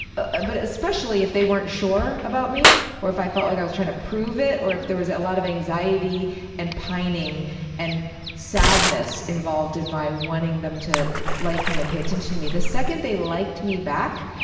ah but especially if they weren't sure about me or if i felt like i was trying to prove it or if there was a lot of anxiety and pining and sadness involved in my wanting them to like me and pay attention to me. the second they liked me back,